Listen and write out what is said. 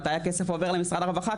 מתי הכסף עובר למשרד הרווחה,